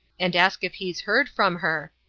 and ask if he's heard from her,